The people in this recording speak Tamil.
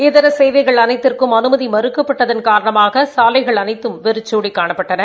இதர சேவைகள் அனைத்துக்கும் அனுமதி மறுக்கப்பட்டதன் காரணமாக சாலைகள் அனைத்தம் வெறிச்சோடி காணப்பட்டன